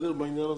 בעניין הזה,